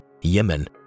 Yemen